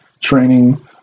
training